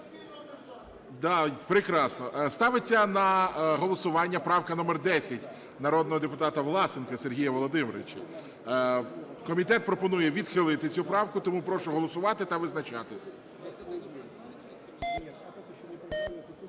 Прекрасно. Ставиться на голосування правка номер 10, народного депутата Власенка Сергія Володимировича. Комітет пропонує відхилити цю правку. Тому прошу голосувати та визначатись.